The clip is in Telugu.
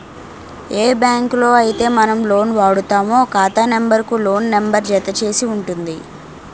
ఏ బ్యాంకులో అయితే మనం లోన్ వాడుతామో ఖాతా నెంబర్ కు లోన్ నెంబర్ జత చేసి ఉంటుంది